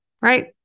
right